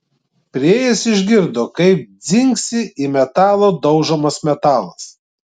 priėjęs išgirdo kaip dzingsi į metalą daužomas metalas